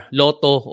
loto